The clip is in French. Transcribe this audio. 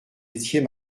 étiez